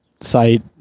site